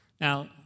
Now